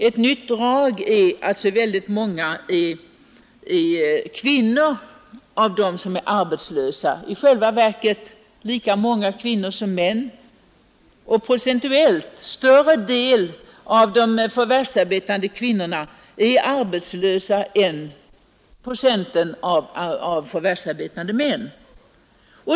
Ett nytt drag är att så väldigt många av dem som är arbetslösa är kvinnor; i själva verket är det lika många kvinnor som män, Det är alltså en procentuellt större arbetslöshet bland de förvärvsarbetande kvinnorna än bland förvärvsarbetande män.